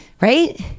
Right